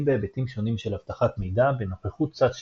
בהיבטים שונים של אבטחת מידע בנוכחות צד שלישי,